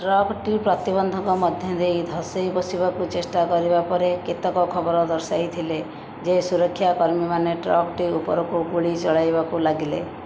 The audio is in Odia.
ଟ୍ରକ୍ଟି ପ୍ରତିବନ୍ଧକ ମଧ୍ୟଦେଇ ଧସାଇ ପସିବାକୁ ଚେଷ୍ଟା କରିବା ପରେ କେତେକ ଖବର ଦର୍ଶାଇଥିଲେ ଯେ ସୁରକ୍ଷାକର୍ମୀ ମାନେ ଟ୍ରକ୍ଟି ଉପରକୁ ଗୁଳି ଚଳାଇବାକୁ ଲାଗିଲେ